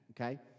okay